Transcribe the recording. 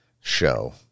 show